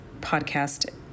podcast